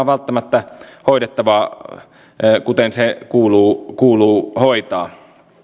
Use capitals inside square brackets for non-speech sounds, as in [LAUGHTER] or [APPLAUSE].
[UNINTELLIGIBLE] välttämättä hoidettava kuten se kuuluu kuuluu hoitaa